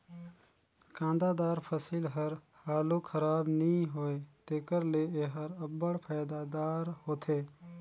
कांदादार फसिल हर हालु खराब नी होए तेकर ले एहर अब्बड़ फएदादार होथे